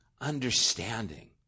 understanding